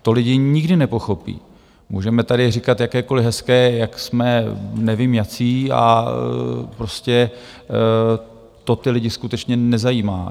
To lidi nikdy nepochopí, můžeme tady říkat jakékoliv hezké jak jsme nevím jací, a prostě to ty lidi skutečně nezajímá.